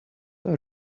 are